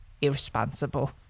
irresponsible